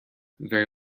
very